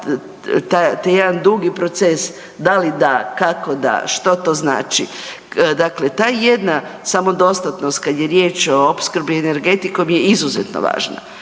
jedan drugi proces da li da, kako da, što to znači. Dakle, ta jedna samodostatnost kad je riječ o opskrbi energetikom je izuzetno važna,